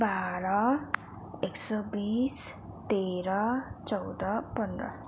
बाह्र एक सय बिस तेह्र चौध पन्ध्र